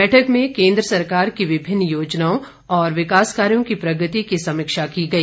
बैठक में केन्द्र सरकार की विभिन्न योजनाओं और विकास कार्यों की प्रगति की समीक्षा की गई